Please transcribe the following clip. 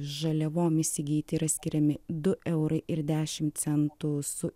žaliavom įsigyti yra skiriami du eurai ir dešimt centų su